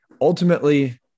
Ultimately